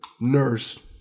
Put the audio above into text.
nurse